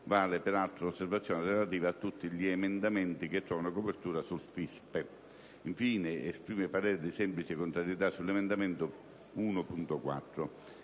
vale peraltro l'osservazione relativa a tutti gli emendamenti che trovano copertura sul FISPE. Infine, esprime parere di semplice contrarietà sull'emendamento 1.4.